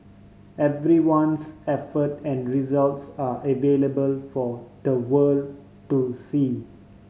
everyone's effort and results are available for the world to see